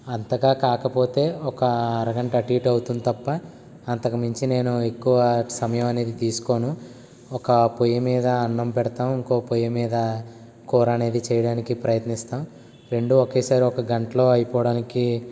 అంతగా కాకపోతే ఒక అరగంట అటు ఇటు అవుతుంది తప్ప అంతకుమించి నేను ఎక్కువ సమయం అనేది తీసుకోను ఒక పొయ్యిమీద అన్నం పెడతాం ఇంకో పొయ్యిమీద కూర అనేది చేయడానికి ప్రయత్నిస్తాం రెండు ఒకేసారి ఒక గంటలో అయిపోవడానికి